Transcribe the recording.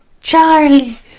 Charlie